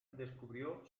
descubrió